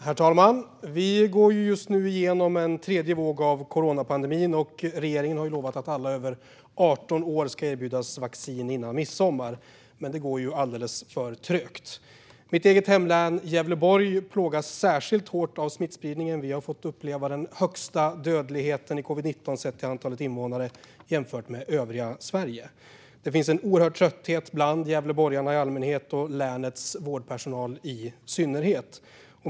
Herr talman! Vi går just nu igenom en tredje våg av coronapandemin. Regeringen har lovat att alla över 18 år ska erbjudas vaccin innan midsommar, men det går ju alldeles för trögt. Mitt eget hemlän Gävleborg plågas särskilt hårt av smittspridningen. Vi har fått uppleva den högsta dödligheten i covid-19 sett till antalet invånare jämfört med övriga Sverige. Det finns en oerhörd trötthet bland gävleborgarna i allmänhet och länets vårdpersonal i synnerhet.